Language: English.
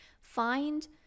find